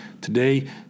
Today